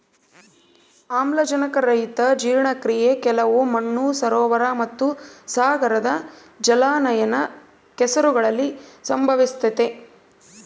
ಆಮ್ಲಜನಕರಹಿತ ಜೀರ್ಣಕ್ರಿಯೆ ಕೆಲವು ಮಣ್ಣು ಸರೋವರ ಮತ್ತುಸಾಗರದ ಜಲಾನಯನ ಕೆಸರುಗಳಲ್ಲಿ ಸಂಭವಿಸ್ತತೆ